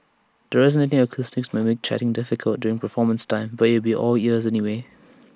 the resonating acoustics might make chatting difficult during performance time but you will be all ears anyway